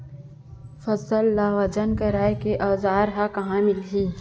फसल ला वजन करे के औज़ार हा कहाँ मिलही?